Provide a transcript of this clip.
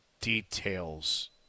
details